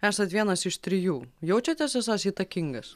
esat vienas iš trijų jaučiatės esąs įtakingas